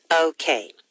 okay